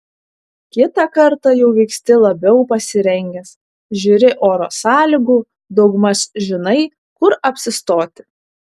kitą kartą jau vyksti labiau pasirengęs žiūri oro sąlygų daugmaž žinai kur apsistoti